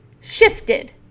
shifted